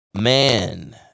man